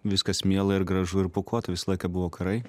viskas miela ir gražu ir pūkuota visą laiką buvo karai